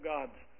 God's